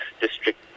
district